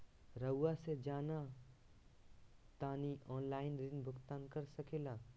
रहुआ से जाना तानी ऑनलाइन ऋण भुगतान कर सके ला?